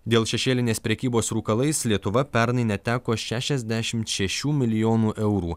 dėl šešėlinės prekybos rūkalais lietuva pernai neteko šešiasdešim šešių milijonų eurų